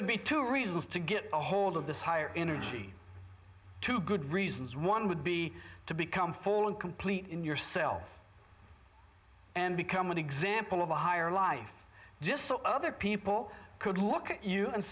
would be two reasons to get a hold of the higher energy two good reasons one would be to become full and complete in yourself and become an example of a higher life just so other people could look at you and